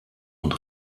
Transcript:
und